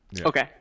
okay